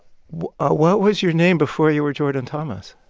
ah what was your name before you were jordan thomas?